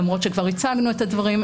למרות שכבר הצגנו את הדברים,